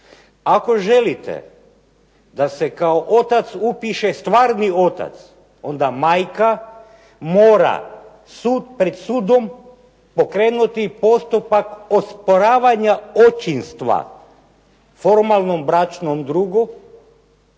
"Ako želite da se kao otac upiše stvarni otac, onda majka mora pred sudom pokrenuti postupak osporavanja očinstva formalnom bračnom drugu